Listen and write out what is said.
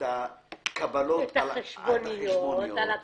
את הקבלות, את החשבוניות על התשלומים,